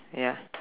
ya